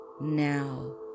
now